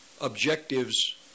objectives